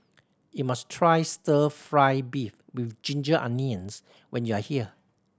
you must try Stir Fry beef with ginger onions when you are here